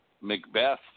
Macbeth